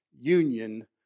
union